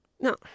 no